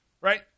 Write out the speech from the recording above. right